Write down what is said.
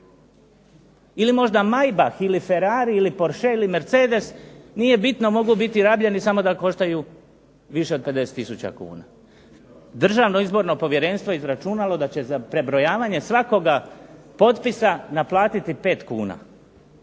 ili možda Maybach, ili Ferrari, Porsche ili Mercedes, nije bitno mogu biti rabljeni samo da koštaju više od 50 tisuća kuna. Državno izborno povjerenstvo je izračunalo da će za prebrojavanje svakoga potpisa naplatiti 5 kuna.